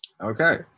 okay